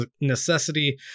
necessity